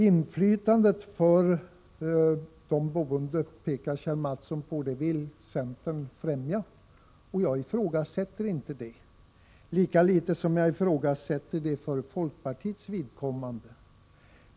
Kjell Mattsson pekade på att centern vill främja inflytandet för de boende. Jag ifrågasätter inte detta, lika litet som jag ifrågasätter det för folkpartiets vidkommande.